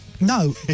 No